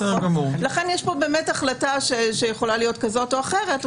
לכן יש כאן החלטה שיכולה להיות כזאת או אחרת.